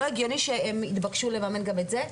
לא הגיוני שהם יתבקשו לממן גם את זה.